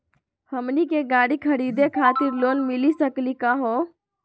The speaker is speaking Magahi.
हमनी के गाड़ी खरीदै खातिर लोन मिली सकली का हो?